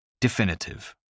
Definitive